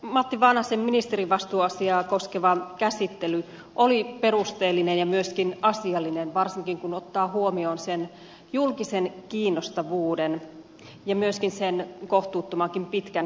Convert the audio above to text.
matti vanhasen ministerivastuuasiaa koskeva käsittely oli perusteellinen ja myöskin asiallinen varsinkin kun ottaa huomioon sen julkisen kiinnostavuuden ja myöskin sen kohtuuttomankin pitkän keston